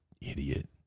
idiot